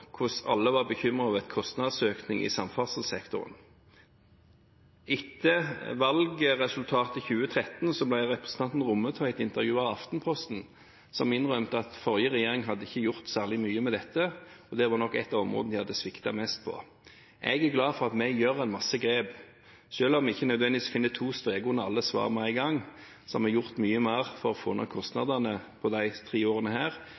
hvordan alle var bekymret over en kostnadsøkning i samferdselssektoren. Etter valgresultatet i 2013 ble representanten Rommetveit intervjuet av Aftenposten og innrømte at den forrige regjeringen ikke hadde gjort særlig mye med dette, og at dette nok var et av områdene de hadde sviktet mest på. Jeg er glad for at vi gjør mange grep. Selv om vi ikke nødvendigvis finner to streker under alle svar med en gang, har vi gjort mye mer for å få ned kostnadene på disse tre årene